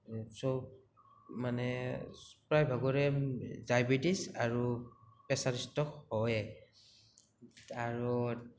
সব মানে প্ৰায়ভাগৰে ডাইবেটিজ আৰু প্ৰেছাৰ ষ্ট্ৰক হয়ে আৰু